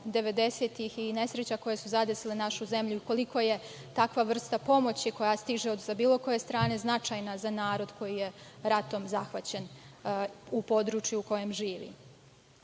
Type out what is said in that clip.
90-ih i nesreća koje su zadesile našu zemlju, koliko je takva vrsta pomoći, koja stiže sa bilo koje strane, značajna za narod koji je ratom zahvaćen u području u kojem živi. Ako